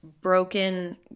broken